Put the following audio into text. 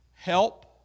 Help